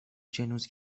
ĝenus